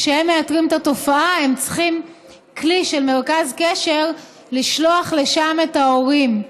כשהם מאתרים את התופעה הם צריכים כלי של מרכז קשר לשלוח לשם את ההורים.